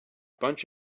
bunch